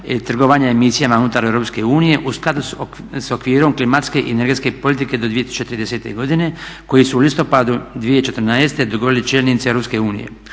trgovanja emisijama unutar Europske unije u skladu s okvirom klimatske i energetske politike do 2030. godine koji su u listopadu 2014. dogovorili čelnici Europske unije.